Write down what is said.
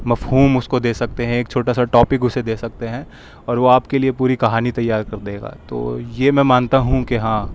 مفہوم اس کو دے سکتے ہیں ایک چھوٹا سا ٹاپک اسے دے سکتے ہیں اور وہ آپ کے لئے پوری کہانی تیار کر دے گا تو یہ میں مانتا ہوں کہ ہاں